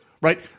right